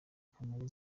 kamere